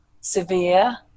severe